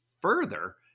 further